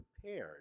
prepared